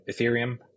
Ethereum